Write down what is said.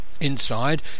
Inside